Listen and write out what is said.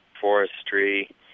forestry